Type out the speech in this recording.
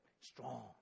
strong